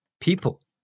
people